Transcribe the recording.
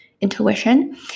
intuition